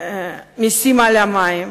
המסים על המים,